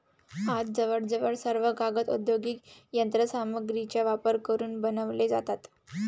आज जवळजवळ सर्व कागद औद्योगिक यंत्र सामग्रीचा वापर करून बनवले जातात